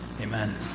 Amen